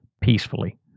peacefully